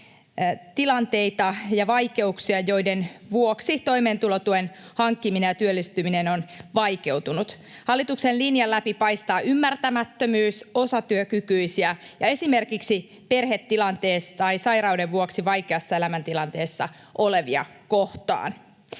tilanteita ja vaikeuksia, joiden vuoksi toimeentulotuen hankkiminen ja työllistyminen on vaikeutunut. Hallituksen linjan läpi paistaa ymmärtämättömyys osatyökykyisiä ja esimerkiksi perhetilanteen tai sairauden vuoksi vaikeassa elämäntilanteessa olevia kohtaan.